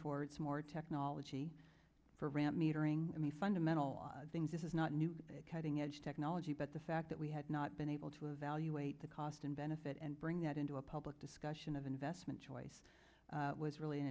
towards more technology for ramp metering i mean fundamental things this is not new cutting edge technology but the fact that we had not been able to evaluate the cost and benefit and bring that into a public discussion of investment choice was really